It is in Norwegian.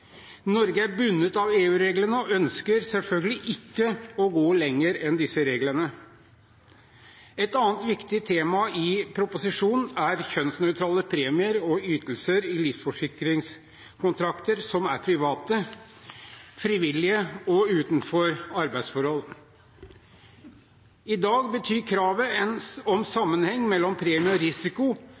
Norge. Norge er bundet av EU-reglene og ønsker selvfølgelig ikke å gå lenger enn disse reglene. Et annet viktig tema i proposisjonen er kjønnsnøytrale premier og ytelser i livsforsikringskontrakter som er private, frivillige og utenfor arbeidsforhold. I dag betyr kravet om sammenheng mellom premie og risiko